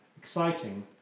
exciting